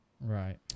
Right